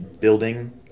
building